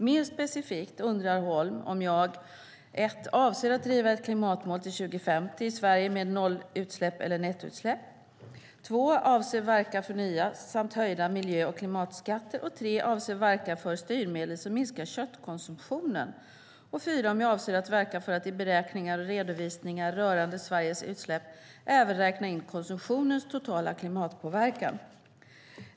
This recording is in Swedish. Mer specifikt undrar Holm om jag 1. avser att driva ett klimatmål till 2050 i Sverige med noll utsläpp eller nettoutsläpp 2. avser att verka för nya samt höjda miljö och klimatskatter 3. avser att verka för styrmedel som minskar köttkonsumtionen 4. avser att verka för att i beräkningar och redovisningar rörande Sveriges utsläpp även räkna in konsumtionens totala klimatpåverkan.